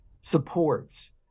supports